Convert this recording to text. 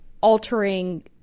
altering